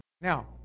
Now